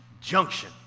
junction